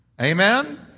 Amen